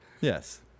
Yes